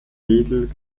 wedel